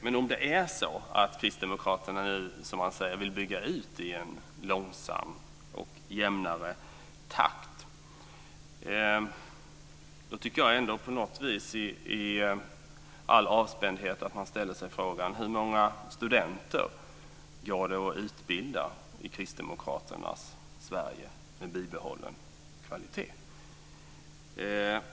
Men om nu kristdemokraterna vill bygga ut i en långsam och jämnare takt tycker jag ändå på något vis att man i all avspändhet ska ställa sig frågan: Hur många studenter går det att utbilda i kristdemokraternas Sverige med bibehållen kvalitet?